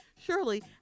Surely